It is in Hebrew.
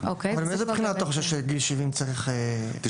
מאיזה בחינה אתה חושב שגיל 70 צריך ---?